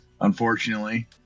Unfortunately